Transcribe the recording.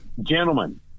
gentlemen